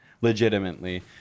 legitimately